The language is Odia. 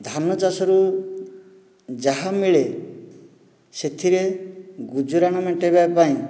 ଧାନଚାଷରୁ ଯାହା ମିଳେ ସେଥିରେ ଗୁଜୁରାଣ ମେଣ୍ଟାଇବା ପାଇଁ